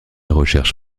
recherche